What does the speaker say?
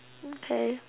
okay